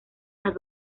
las